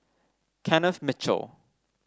Kenneth Mitchell